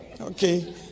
Okay